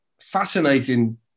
fascinating